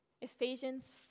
Ephesians